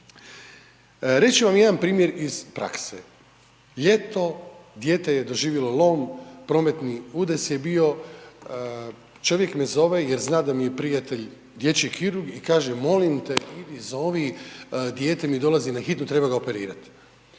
Reći ću vam jedan primjer iz prakse. Ljeto, dijete je doživjelo lom, prometni udes je bio, čovjek me zove jer zna da mi je prijatelj dječji kirurg i kaže molim te idi zovi dijete mi dolazi na hitnu, treba ga operirat.